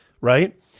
right